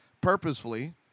purposefully